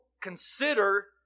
consider